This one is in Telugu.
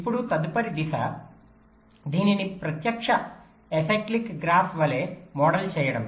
ఇప్పుడు తదుపరి దశ దీనిని ప్రత్యక్ష ఎసిక్లిక్ గ్రాఫ్ వలె మోడల్ చేయడం